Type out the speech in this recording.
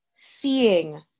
Seeing